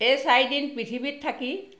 এই চাৰিদিন পৃথিৱীত থাকি